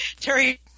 Terry